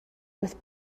with